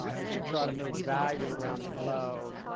if you're trying to move value around the globe,